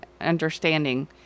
understanding